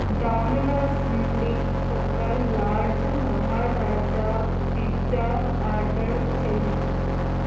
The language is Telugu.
డొమినోస్ నుండి ఒక లార్జ్ మహారాజా పిజ్జా ఆర్డర్ చేయి